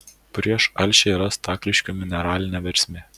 prieš alšią yra stakliškių mineralinė versmė